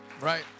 right